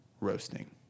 roasting